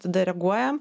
tada reaguojam